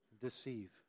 deceive